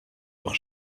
leurs